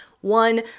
one